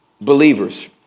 Believers